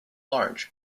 large